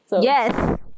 Yes